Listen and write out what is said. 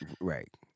right